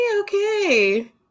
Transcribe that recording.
Okay